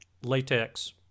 latex